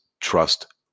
Trust